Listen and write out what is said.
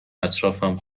اطرافم